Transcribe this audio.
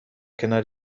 کنار